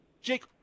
Jake